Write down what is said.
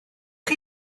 chi